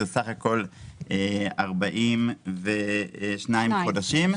סך הכול 42 חודשים.